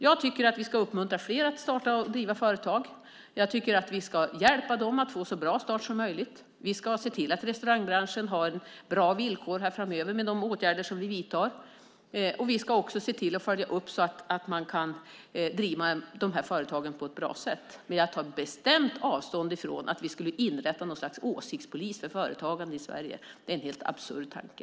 Jag tycker att vi ska uppmuntra fler att starta och driva företag och hjälpa dem att få en så bra start som möjligt. Vi ska se till att restaurangbranschen har bra villkor framöver genom de åtgärder som vi vidtar. Vi ska också se till och följa upp så att dessa företag kan drivas på ett bra sätt. Däremot tar jag bestämt avstånd från att vi skulle inrätta något slags åsiktspolis för företagande i Sverige. Det är en helt absurd tanke.